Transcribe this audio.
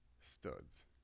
studs